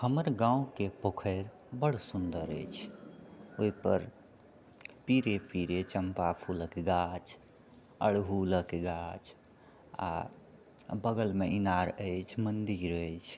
हमर गाँवके पोखरि बड़ सुन्दर अछि ओहिपर पीरे पीरे चम्पा फूलक गाछ अड़हुलक गाछ आ बगलमे इनार अछि मन्दिर अछि